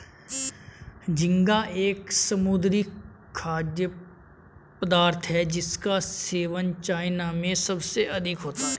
झींगा एक समुद्री खाद्य पदार्थ है जिसका सेवन चाइना में सबसे अधिक होता है